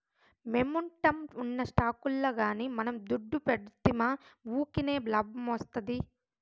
momentum ఉన్న స్టాకుల్ల గానీ మనం దుడ్డు పెడ్తిమా వూకినే లాబ్మొస్తాది